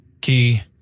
Key